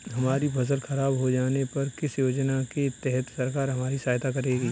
हमारी फसल खराब हो जाने पर किस योजना के तहत सरकार हमारी सहायता करेगी?